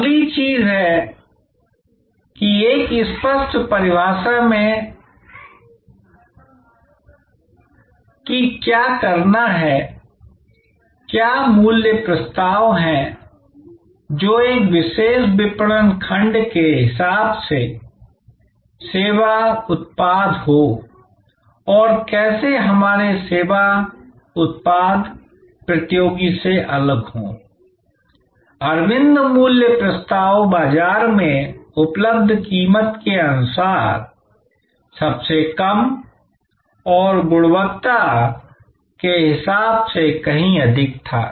अगली चीज है कि एक स्पष्ट परिभाषा कि क्या करना है क्या मूल्य प्रस्ताव है जो एक विशेष विपणन खंड के हिसाब से सेवा उत्पाद हो और कैसे हमारे सेवा उत्पाद प्रतियोगी से अलग होI अरविंद मूल्य प्रस्ताव बाजार में उपलब्ध कीमत के अनुसार सबसे कम और गुणवत्ता के हिसाब से कहीं अधिक था